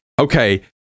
okay